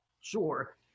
sure